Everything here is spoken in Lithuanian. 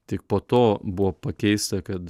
tik po to buvo pakeista kad